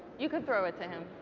you can throw it to him,